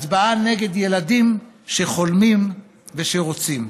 הצבעה נגד ילדים שחולמים ושרוצים.